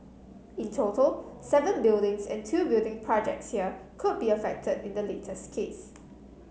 in total seven buildings and two building projects here could be affect in the latest case